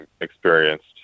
experienced